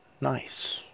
Nice